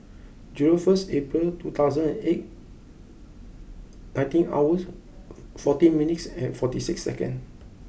zero first April two thousand and eight nineteen hours fourteen minutes forty six second